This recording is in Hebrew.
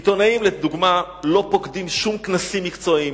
עיתונאים, לדוגמה, לא פוקדים שום כנסים מקצועיים.